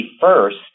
first